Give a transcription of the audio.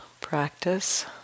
practice